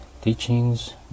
teachings